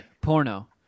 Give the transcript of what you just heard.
porno